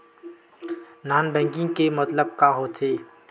Non banking के मतलब का होथे?